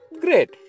great